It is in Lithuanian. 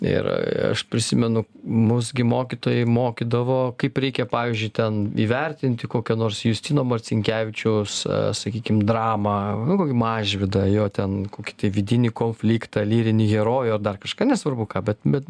ir aš prisimenu mus gi mokytojai mokydavo kaip reikia pavyzdžiui ten įvertinti kokio nors justino marcinkevičiaus sakykim dramą nu kokį mažvydą jo ten kokį vidinį konfliktą lyrinį herojų dar kažką nesvarbu ką bet bet